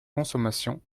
consommation